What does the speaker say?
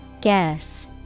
Guess